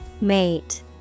Mate